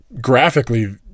graphically